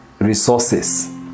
resources